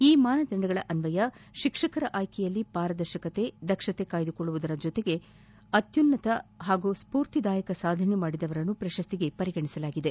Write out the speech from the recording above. ಹೊಸ ಮಾನದಂಡಗಳ ಅನ್ವಯ ಶಿಕ್ಷಕರ ಆಯ್ಕೆಯಲ್ಲಿ ಪಾರದರ್ಶಕತೆ ದಕ್ಷತೆ ಕಾಯ್ದುಕೊಳ್ಳುವುದರ ಜೊತೆಗೆ ಅತ್ಯುನ್ನತ ಹಾಗೂ ಸ್ಫೂರ್ತಿದಾಯಕ ಸಾಧನೆ ಮಾಡಿದವರನ್ನು ಪ್ರಶಸ್ತಿಗೆ ಪರಿಗಣಿಸಲಾಗಿದೆ